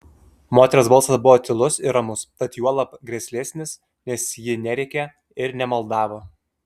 moters balsas buvo tylus ir ramus tad juolab grėslesnis nes ji nerėkė ir nemaldavo